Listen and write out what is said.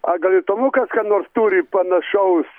a gal ir tomukas ką kas nors turi panašaus